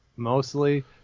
Mostly